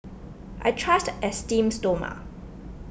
I trust Esteem Stoma